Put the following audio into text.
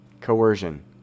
Coercion